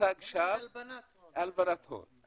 מצג שווא להלבנת הון.